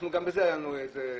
גם על זה היה לנו דיבור.